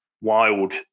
wild